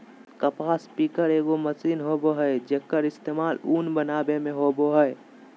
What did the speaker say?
कपास पिकर एगो मशीन होबय हइ, जेक्कर इस्तेमाल उन बनावे में होबा हइ